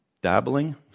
Dabbling